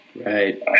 Right